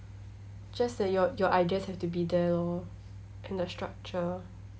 just that your your ideas have to be there lor and the structure